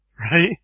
right